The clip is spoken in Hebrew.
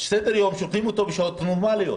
שולחים סדר-יום בשעות נורמליות.